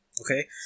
okay